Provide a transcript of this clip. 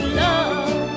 love